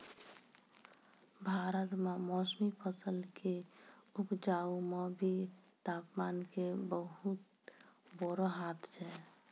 भारत मॅ मौसमी फसल कॅ उपजाय मॅ भी तामपान के बहुत बड़ो हाथ छै